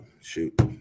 Shoot